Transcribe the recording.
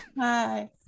hi